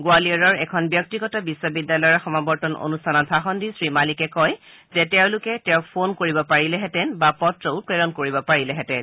গোৱালিয়ৰৰ এখন ব্যক্তিগত বিশ্ববিদ্যালয়ৰ সমাৱৰ্তন অনূষ্ঠানত ভাষণ দি শ্ৰীমালিকে কয় যে তেওঁলোকে তেওঁক ফোন কৰিব পাৰিলেহেঁতেন বা পত্ৰও প্ৰেৰণ কৰিব পাৰিলেহেঁতেন